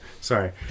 sorry